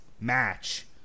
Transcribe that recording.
match